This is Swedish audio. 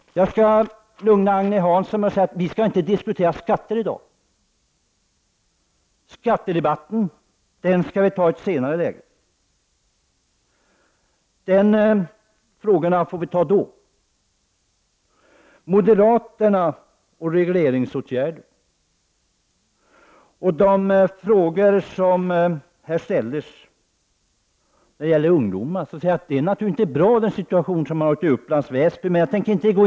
Jag kan lugna Agne Hansson med att säga att vi skall inte diskutera skatter i dag. Skattedebatten skall vi ta vid ett senare tillfälle. Så till moderaterna och regleringar och de frågor som här ställdes om åtgärder när det gäller ungdomar. Den situation som har uppkommit i Upplands Väsby är naturligtvis inte bra.